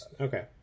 okay